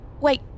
Wait